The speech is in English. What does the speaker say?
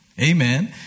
Amen